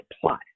plot